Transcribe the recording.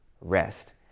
rest